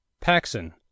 Paxson